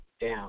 down